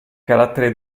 carattere